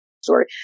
story